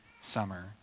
summer